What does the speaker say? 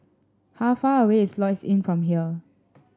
how far away is Lloyds Inn from here